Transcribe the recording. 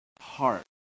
heart